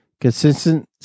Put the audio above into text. consistent